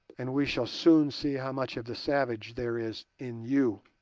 and we shall soon see how much of the savage there is in you.